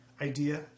idea